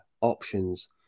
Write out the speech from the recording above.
options